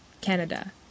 Canada